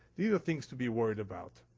these are things to be worried about.